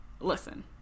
Listen